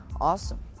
Awesome